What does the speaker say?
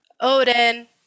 odin